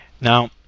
Now